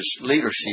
leadership